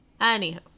Anyhow